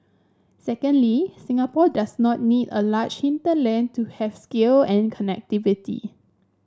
secondly Singapore does not need a large hinterland to have scale and connectivity